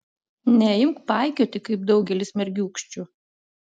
neimk paikioti kaip daugelis mergiūkščių